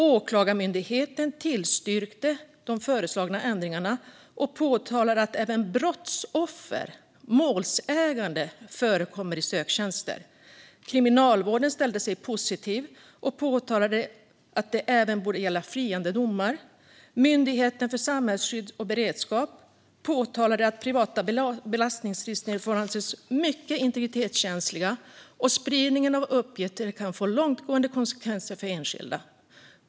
Åklagarmyndigheten tillstyrkte de föreslagna ändringarna och påpekade att även brottsoffer, målsägande, förekommer i söktjänster. Kriminalvården ställde sig positiv och påpekade att det även borde gälla friande domar. Myndigheten för samhällsskydd och beredskap påpekade att privata belastningsregister får anses mycket integritetskänsliga och att spridning av uppgifter kan få långtgående konsekvenser för enskilda.